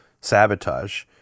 sabotage